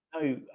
no